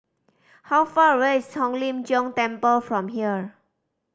how far away is Hong Lim Jiong Temple from here